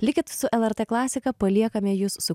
likit su lrt klasika paliekame jus su